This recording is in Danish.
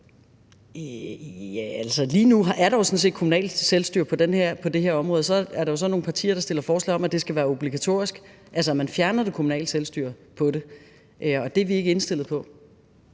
jo sådan set kommunalt selvstyre på det her område. Så er der så nogle partier, der stiller forslag om, at det skal være obligatorisk – altså at man fjerner det kommunale selvstyre på det område, og det er vi ikke indstillet på.